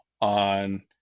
on